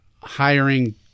hiring